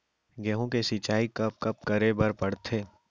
गेहूँ के सिंचाई कब कब करे बर पड़थे?